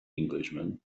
englishman